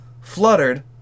fluttered